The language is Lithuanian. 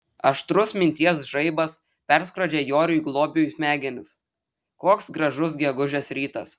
aštrus minties žaibas perskrodžia joriui globiui smegenis koks gražus gegužės rytas